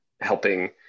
helping